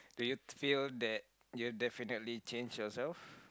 do you feel that you have definitely changed yourself